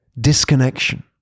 disconnection